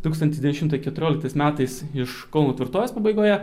tūkstantis devyni šimtai keturioliktais metais iš kauno tvirtovės pabaigoje